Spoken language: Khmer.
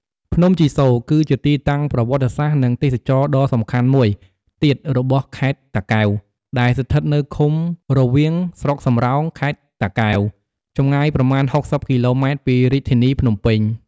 ភ្នំជីសូរ គឺជាទីតាំងប្រវត្តិសាស្ត្រ និងទេសចរណ៍ដ៏សំខាន់មួយទៀតរបស់ខេត្តតាកែវ ដែលស្ថិតនៅឃុំរវៀង ស្រុកសំរោង ខេត្តតាកែវ ចម្ងាយប្រមាណ ៦០ គីឡូម៉ែត្រពីរាជធានីភ្នំពេញ។